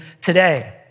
today